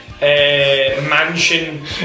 mansion